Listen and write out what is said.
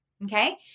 Okay